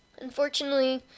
unfortunately